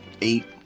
eight